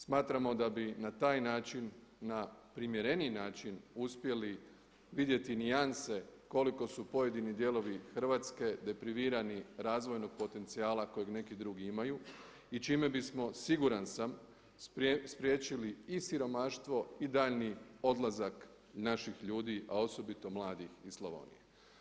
Smatramo da bi na taj način, na primjereniji način uspjeli vidjeti nijanse koliko su pojedini dijelovi Hrvatske deprivirani razvojnog potencijala kojeg neki drugi imaju i čime bismo siguran sam spriječili i siromaštvo i daljnji odlazak naših ljudi a osobito mladih iz Slavonije.